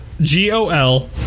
G-O-L